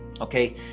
Okay